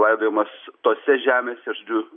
laidojamas tose žemėse žodžiu